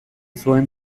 zuen